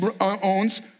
owns